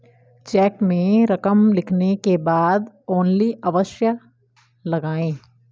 check में रकम लिखने के बाद ओन्ली अवश्य लगाएँ